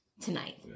tonight